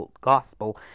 gospel